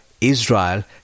Israel